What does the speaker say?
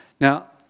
Now